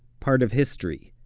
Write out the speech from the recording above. part of history.